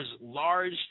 large